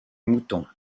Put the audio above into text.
moutons